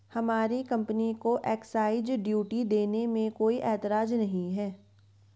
हमारी कंपनी को excise duty देने में कोई एतराज नहीं है